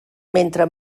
mentre